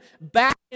back